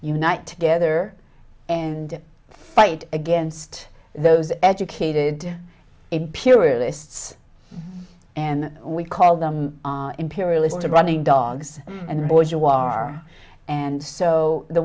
unite together and fight against those educated imperialists and we call them imperialists to running dogs and boys you are and so the